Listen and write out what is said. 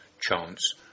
chance